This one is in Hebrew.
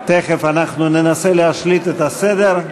תכף ננסה להשליט סדר.